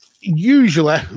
usually